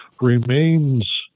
remains